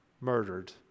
murdered